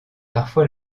parfois